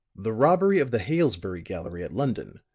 the robbery of the hailesbury gallery at london,